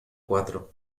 cuatro